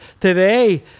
Today